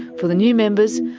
for the new members,